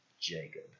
Jacob